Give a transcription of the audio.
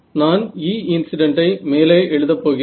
நான் E incident ஐ மேலே எழுதப்போகிறேன்